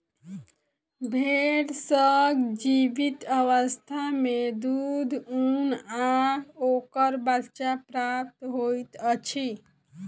भेंड़ सॅ जीवित अवस्था मे दूध, ऊन आ ओकर बच्चा प्राप्त होइत अछि